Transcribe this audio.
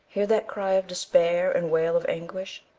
hear that cry of despair and wail of anguish,